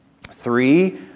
Three